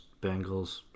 Bengals